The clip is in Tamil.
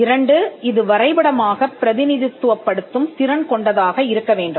2 இது வரைபடமாகப் பிரதிநிதித்துவப்படுத்தும் திறன் கொண்டதாக இருக்க வேண்டும்